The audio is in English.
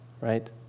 right